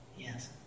Yes